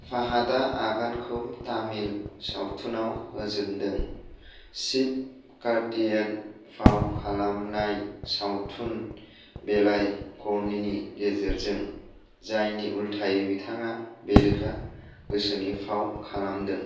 फाहादा आगानखौ तामिल सावथुनाव होजेनदों शिवकार्तिकेयन फाव खालामनाय सावथुन वेलाइकरनिनि गेजेरजों जायनि उल्थायै बिथाङा बेरेखा गोसोनि फाव खालामदों